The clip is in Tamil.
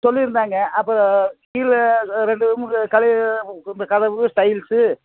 சொல்லியி இருந்தாங்க அப்புறம் கீழ ரெண்டு மூணு கதவு டைல்ஸு